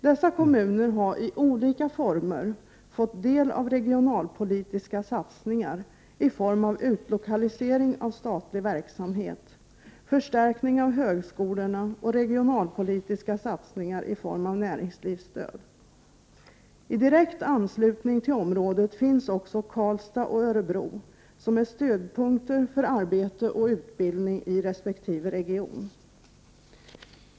Dessa kommuner har fått del av regionalpolitiska satsningar i form av utlokalisering av statlig verksamhet, förstärkning av högskolorna och regionalpolitiska satsningar i form av näringslivsstöd. I direkt anslutning till området finns också Karlstad och Örebro som är stödpunkter för arbete och utbildning i resp. region.